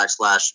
backslash